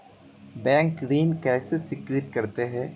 Bank ऋण कैसे स्वीकृत करते हैं?